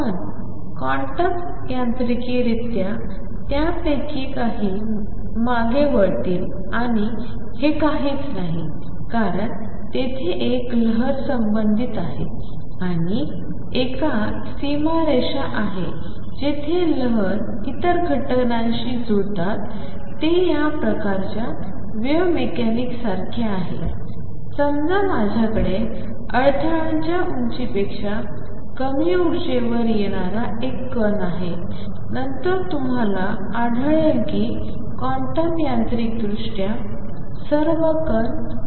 पण क्वांटम यांत्रिकरित्या त्यापैकी काही मागे वळतील आणि हे काहीच नाही कारण तेथे एक लहर संबंधित आहे आणि एक सीमारेषा आहे जिथे लहर इतर घटनांशी जुळतात जे या प्रकारच्या वेव्ह मेकॅनिक्ससारखे आहे समजा माझ्याकडे अडथळ्याच्या उंचीपेक्षा कमी ऊर्जेवर येणारा एक कण आहे नंतर तुम्हाला आढळेल की क्वांटम यांत्रिकदृष्ट्या सर्व कण कमी मागे जात नाहीत